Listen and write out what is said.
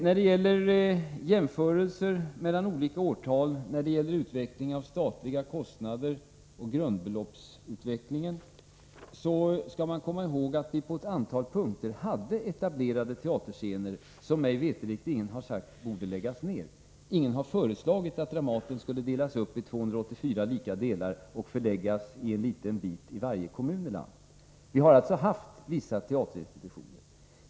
När man gör jämförelser mellan olika årtal när det gäller utvecklingen av statliga kostnader och grundbeloppsutvecklingen skall man komma ihåg att vi på ett antal platser hade etablerade teaterscener som mig veterligt ingen har sagt borde läggas ned. Ingen har föreslagit att Dramaten skulle delas upp i 284 lika delar och förläggas med en liten bit till varje kommun i landet. Vi har alltså haft vissa teaterinstitutioner.